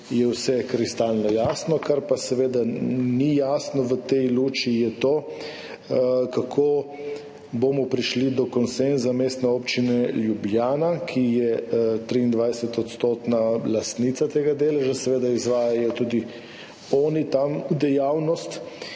je vse kristalno jasno. Kar pa seveda ni jasno v tej luči, je to, kako bomo prišli do konsenza Mestne občine Ljubljana, ki je 23 % lastnica tega deleža, seveda izvajajo tudi oni tam dejavnost.